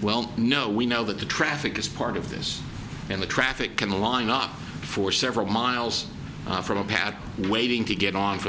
well no we know that the traffic is part of this and the traffic can line up for several miles from a pad waiting to get on for the